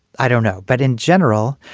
i don't know. but in general,